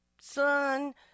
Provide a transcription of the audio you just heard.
son